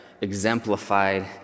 exemplified